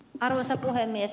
arvoisa puhemies